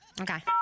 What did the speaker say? Okay